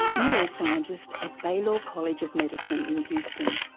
neuroscientist at baylor college of medicine in houston.